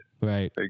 Right